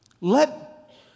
Let